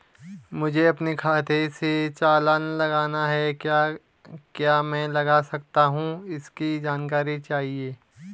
मुझे अपने खाते से चालान लगाना है क्या मैं लगा सकता हूँ इसकी जानकारी चाहिए?